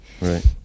Right